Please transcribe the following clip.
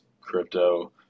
crypto